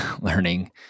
learning